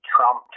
Trump